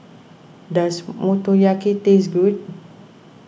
does Motoyaki taste good